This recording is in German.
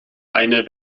eine